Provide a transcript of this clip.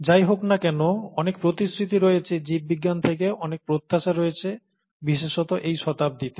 যাই হোক না কেন অনেক প্রতিশ্রুতি রয়েছে জীববিজ্ঞান থেকে অনেক প্রত্যাশা রয়েছে বিশেষত এই শতাব্দীতে